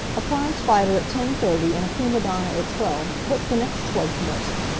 a prize-fighter at ten-thirty, and a prima donna at twelve. what's the next choice morsel?